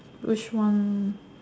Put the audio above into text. which one